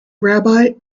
rabbi